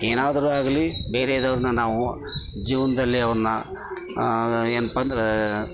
ಏನಾದರು ಆಗಲಿ ಬೇರೆದವ್ರನ್ನ ನಾವು ಜೀವನದಲ್ಲಿ ಅವ್ರನ್ನ ಏನಪ್ಪ ಅಂದರೆ